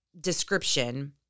description